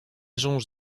soñj